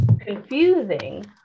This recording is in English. confusing